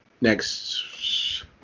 next